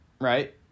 right